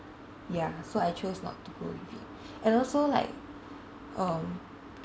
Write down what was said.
ya so I chose not to go with it and also like um